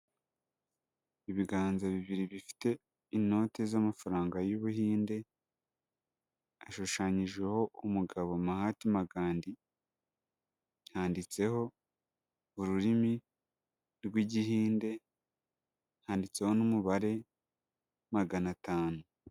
Ibiganza bibiri bifite inoti z'amafaranga y'Ubuhinde, ashushanyijeho umugabo Mahatma Gandhi, handitseho ururimi rw'igihinde, handitseho n'umubare magana atanu.